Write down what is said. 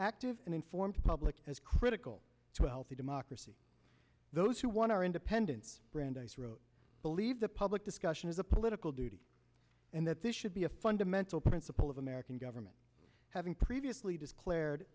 active and informed public is critical to a healthy democracy those who want our independence brandeis wrote believe that public discussion is a political duty and that this should be a fundamental principle of american government having previously does claire